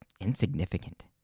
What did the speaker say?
insignificant